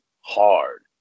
hard